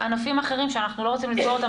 ענפים אחרים שאנחנו לא רוצים לסגור אותם,